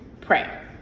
Pray